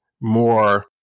more